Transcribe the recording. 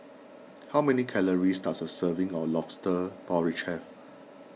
how many calories does a serving of Lobster Porridge have